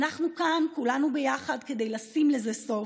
אנחנו כאן כולנו ביחד כדי לשים לזה סוף.